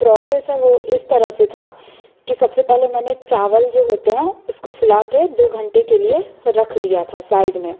process है वो इस तरह से था कि सबसे पहले मैंने चावल जो होते हैं उसको फुला के दो घंटे के लिए रख दिया था साइड में